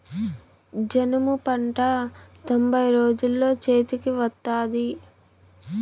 జనుము పంట తొంభై రోజుల్లో చేతికి వత్తాది